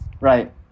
Right